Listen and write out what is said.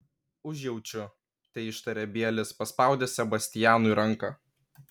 užjaučiu teištarė bielis paspaudęs sebastianui ranką